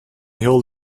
heel